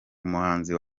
umuhanzi